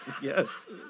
Yes